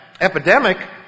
epidemic